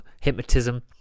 hypnotism